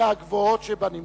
מהגבוהות שבנמצא.